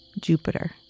Jupiter